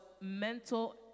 mental